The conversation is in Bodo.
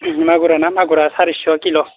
मागुरा ना मागुरा सारिस' किल'